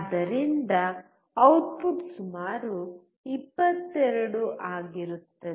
ಆದ್ದರಿಂದ ಔಟ್ಪುಟ್ ಸುಮಾರು 22 ಆಗಿರುತ್ತದೆ